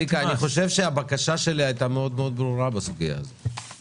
אני חושב שהבקשה שלי בסוגיה הזאת